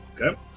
Okay